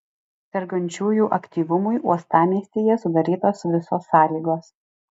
sergančiųjų aktyvumui uostamiestyje sudarytos visos sąlygos